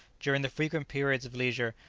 during the frequent periods of leisure,